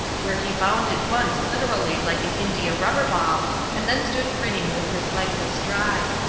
where he bounded once literally like an india-rubber ball and then stood grinning with his legs astride.